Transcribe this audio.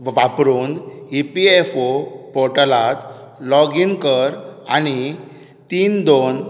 वापरुन E P F O पोर्टलांत login कर आनीतीन दोन